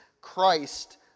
Christ